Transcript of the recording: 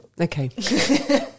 Okay